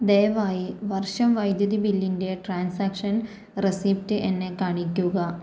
ദയവായി വർഷം വൈദ്യുതി ബില്ലിൻ്റെ ട്രാൻസാക്ഷൻ റെസിപ്റ്റ് എന്നെ കാണിക്കുക